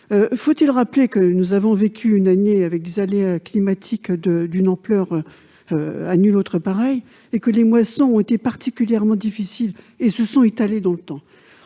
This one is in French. Faut-il rappeler que nous avons vécu une année marquée par des aléas climatiques d'une ampleur inédite ? Les moissons ont été particulièrement difficiles et se sont étalées dans le temps.